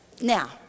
Now